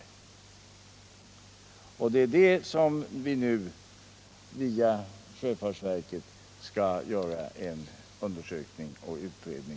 Det är på den punkten som vi nu via. sjöfartsverket skall göra en undersökning och utredning.